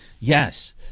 Yes